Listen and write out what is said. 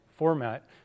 format